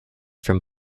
from